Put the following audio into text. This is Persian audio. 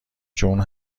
جون